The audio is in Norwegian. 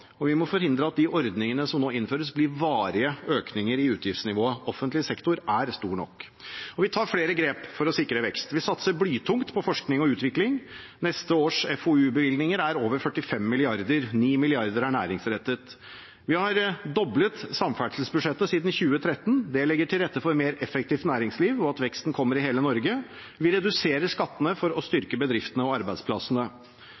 og vi må forhindre at de ordningene som nå innføres, blir varige økninger i utgiftsnivået. Offentlig sektor er stor nok. Vi tar flere grep for å sikre vekst. Vi satser blytungt på forskning og utvikling. Neste års FoU-bevilgninger er på over 45 mrd. kr. 9 mrd. kr er næringsrettet. Vi har doblet samferdselsbudsjettet siden 2013. Det legger til rette for mer effektivt næringsliv og for at veksten kan komme i hele Norge. Vi reduserer skattene for å